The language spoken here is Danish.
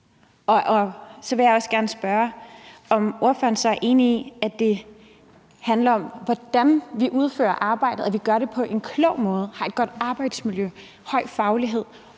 Og så vil også gerne spørge, om ordføreren er enig i, at det handler om, hvordan vi udfører arbejdet, og at vi gør det på en klog måde, at vi har et godt arbejdsmiljø og en høj faglighed,